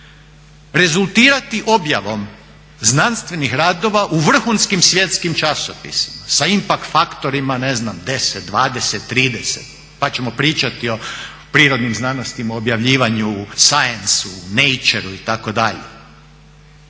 rezultirati objavom znanstvenih radova u vrhunskim svjetskim časopisima sa impakt faktorima ne znam 10, 20, 30. Pa ćemo pričati o prirodnim znanostima, objavljivanju u Scienceu, Natureu itd.